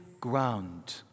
ground